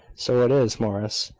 so it is, morris.